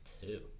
two